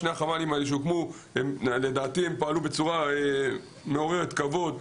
שני החמ"לים שהוקמו פעלו לדעתי בצורה מעוררת כבוד.